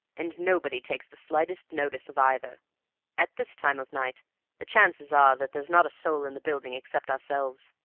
and nobody takes the slightest notice of either at this time of night the chances are that there's not a soul in the building except ourselves.